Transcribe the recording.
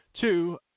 Two